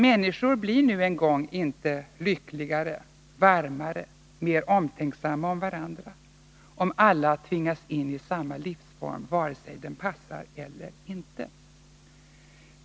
Människor blir nu en gång inte lyckligare, varmare, mer omtänksamma om varandra, om alla tvingas in i samma livsform, vare sig den passar eller inte.